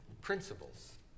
principles